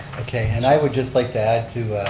okay, and i would just like to add to,